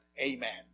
Amen